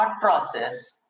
process